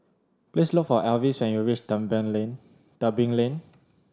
please look for Alvis when you reach Tebing Lane Tebing Lane